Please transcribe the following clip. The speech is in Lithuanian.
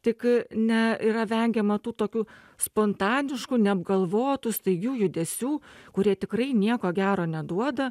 tik ne yra vengiama tų tokių spontaniškų neapgalvotų staigių judesių kurie tikrai nieko gero neduoda